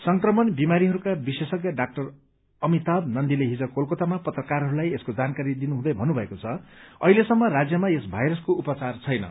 संक्रमण बिमारीहरूका विशेषज्ञ डाक्टर अमिताभ नन्दीले हिज कलकतामा पत्रकारहरूलाई यसको जानकारी दिनुहुँदै भन्नुभएको छ अहिलेसम्म राज्यमा यस भाइरसको उपचार छैन